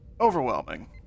overwhelming